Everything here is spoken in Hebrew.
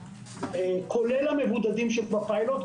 כולל המבודדים שבפיילוט,